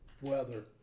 weather